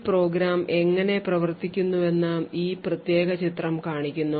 ഈ പ്രോഗ്രാം എങ്ങനെ പ്രവർത്തിക്കുന്നുവെന്ന് ഈ പ്രത്യേക ചിത്രം കാണിക്കുന്നു